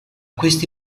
questi